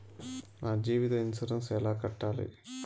నా జీవిత ఇన్సూరెన్సు ఎలా కట్టాలి?